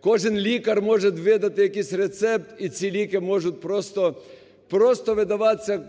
кожен лікар може видати якийсь рецепт, і ці ліки можуть просто… просто видаватися…